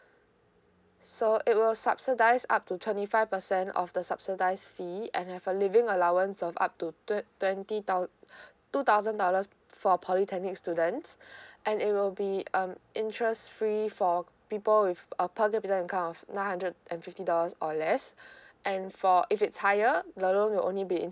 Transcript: so it will subsidize up to twenty five percent of the subsidize fee and have a living allowance of up to twe~ twenty thou~ two thousand dollars for polytechnic students and it will be um interest fee for people with uh per capita income of nine hundred and fifty dollars or less and for if it's higher the loan will only be